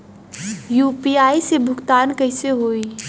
UPI से भुगतान कइसे होहीं?